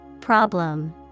Problem